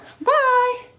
bye